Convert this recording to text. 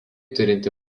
turinti